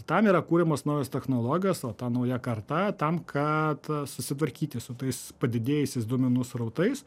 tam yra kuriamos naujos technologijos va ta nauja karta tam kad susitvarkyti su tais padidėjusiais duomenų srautais